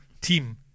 team